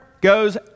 goes